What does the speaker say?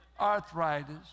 arthritis